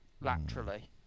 laterally